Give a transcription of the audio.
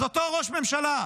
אז אותו ראש ממשלה,